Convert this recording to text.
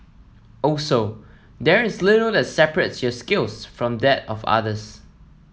also there is little that separates your skills from that of others